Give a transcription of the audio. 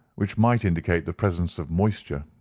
which might indicate the presence of moisture.